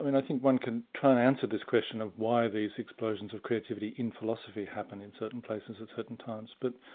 and i think one can try and answer this question of why these explosions of creativity in philosophy happen in certain places at certain times, but